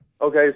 Okay